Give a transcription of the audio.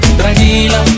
Tranquila